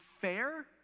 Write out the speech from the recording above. fair